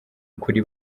kuri